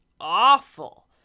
awful